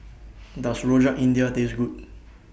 Does Rojak India Taste Good